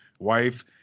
Wife